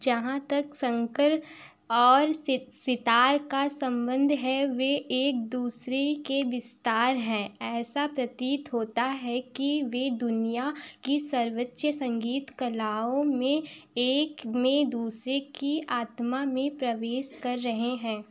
जहाँ तक शंकर और सितार का सम्बंध है वह एक दूसरे के विस्तार हैं ऐसा प्रतीत होता है कि वह दुनिया की सर्वोच्च संगीत कलाओं में एक में दूसरे की आत्मा में प्रवेश कर रहे हैं